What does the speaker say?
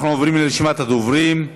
אנחנו עוברים לרשימת הדוברים.